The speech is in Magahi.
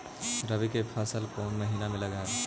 रबी की फसल कोन महिना में लग है?